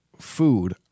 food